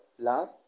love